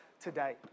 today